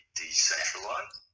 decentralized